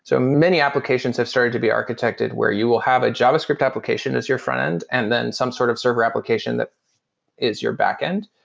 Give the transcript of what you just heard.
so many applications have started to be architected, where you will have a javascript application as your front-end and then some sort of server application that is your back-end.